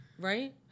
Right